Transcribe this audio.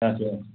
अच्छा